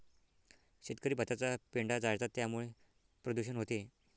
शेतकरी भाताचा पेंढा जाळतात त्यामुळे प्रदूषण होते